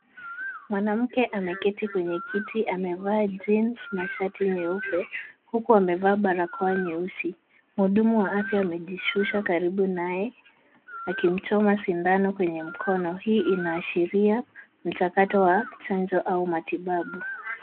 Mwanamke ameketi kwenye kiti amevaa jeans na shati nyeupe huku amevaa barakoa nyeusi. Mhudumu wa afya amejishusha karibu naye akimchoma shindano kwenye mkono. Hii inashiria mchakato wa chanjo au matibabu.